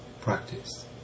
practice